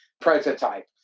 prototype